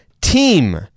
team